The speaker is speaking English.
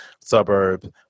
suburb